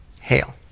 hail